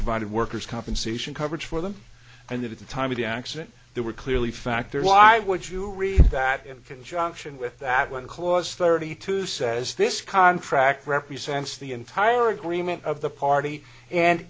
provided workers compensation coverage for them and that at the time of the accident there were clearly factors why would you read that in conjunction with that when clause thirty two says this contract represents the entire agreement of the part and